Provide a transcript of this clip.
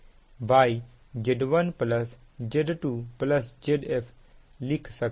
इसलिए इसको j3EaZ1Z2Zfलिख सकते हैं